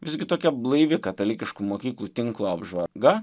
visgi tokia blaivi katalikiškų mokyklų tinklo apžvalga